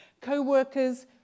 co-workers